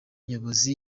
nyobozi